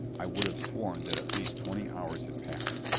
i would have sworn that at least twenty hours had passed.